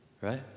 right